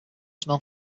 smell